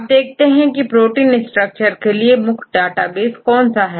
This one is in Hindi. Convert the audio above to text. अब देखते हैं की प्रोटीन स्ट्रक्चर के लिए मुख्य डेटाबेस कौन सा है